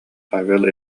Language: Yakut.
павел